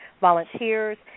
volunteers